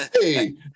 Hey